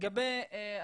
לגבי הסטודנטים.